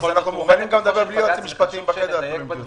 חשוב לדייק בדברים.